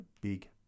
Big